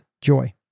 joy